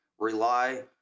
rely